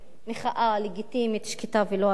מחאה לגיטימית שקטה ולא אלימה,